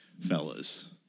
fellas